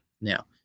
now